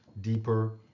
deeper